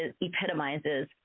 epitomizes